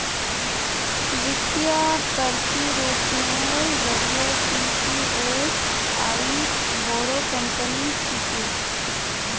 वित्तीय प्रतिरूपनेर जरिए टीसीएस आईज बोरो कंपनी छिके